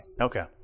Okay